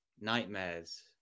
nightmares